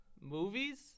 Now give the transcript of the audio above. movies